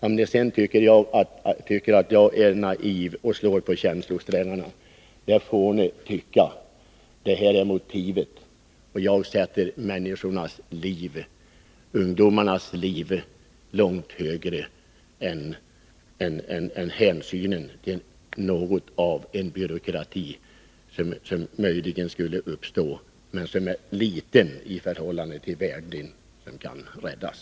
Om andra sedan tycker att jag är naiv och slår på känslosträngarna, så må de tycka det. Det här är mitt motiv. Jag sätter ungdomarnas liv långt framför hänsynen till den byråkrati som möjligen kan uppstå. Den betyder litet i förhållande till de människoliv som kan räddas.